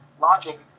logic